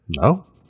No